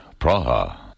Praha